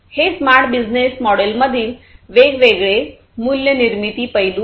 हे smart business मॉडेलमधील वेगवेगळे मूल्यनिर्मिती पैलू आहेत